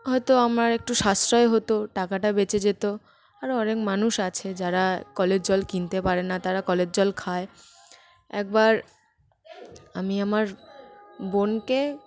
হয়তো আমার একটু সাশ্রয় হতো টাকাটা বেঁচে যেত আরও অনেক মানুষ আছে যারা কলের জল কিনতে পারে না তারা কলের জল খায় একবার আমি আমার বোনকে